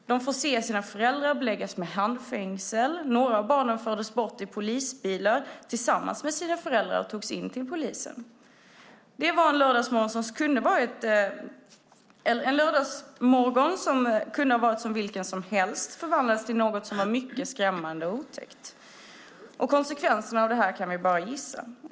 De fick se sina föräldrar beläggas med handfängsel. Några av barnen fördes bort i polisbilar tillsammans med sina föräldrar och togs in till polisen. En lördagsmorgon som kunde ha varit som vilken som helst förvandlades till något som var mycket skrämmande och otäckt. Konsekvenserna av detta kan vi bara gissa.